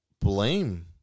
blame